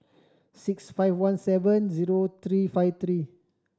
six five one seven zero three five three